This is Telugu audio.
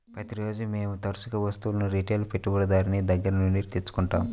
ప్రతిరోజూ మేము తరుచూ వస్తువులను రిటైల్ పెట్టుబడిదారుని దగ్గర నుండి తెచ్చుకుంటాం